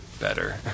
better